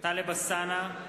טלב אלסאנע,